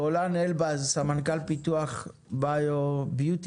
גולן אלבז, סמנכ"ל פיתוח ביוטיקייר.